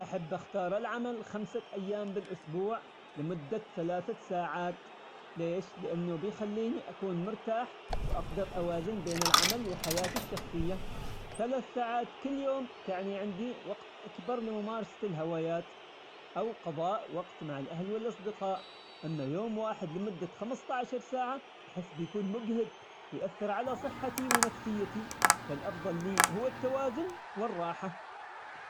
أحب أختار العمل خمسة أيام بالأسبوع لمدة ثلاثة ساعات، ليش؟ لأنه بيخليني أكون مرتاح وأقدر أوازن بين العمل وحياتي الشخصية، ثلاث ساعات كل يوم تعني عندي وقت أكبر لممارسة الهوايات، أو قضاء وقت مع الأهل والأصدقاء، أما يوم واحد لمدة خمسطاشر ساعة أحس بيكون مجهد ويأثر على صحتي ونفسيتي، فالأفضل لي هو التوازن والراحة.